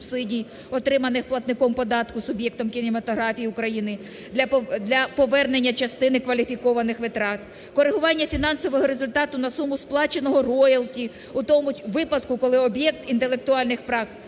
отриманих платником податку суб'єктом кінематографії України для повернення частини кваліфікованих витрат. Корегування фінансового результату на суму сплаченого роялті у тому випадку, коли об'єкт інтелектуальних прав